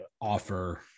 offer